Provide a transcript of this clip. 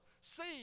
see